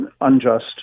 unjust